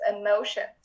emotions